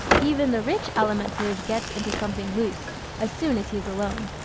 even the rich alimentive gets into something loose as soon as he is alone.